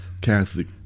Catholic